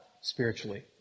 spiritually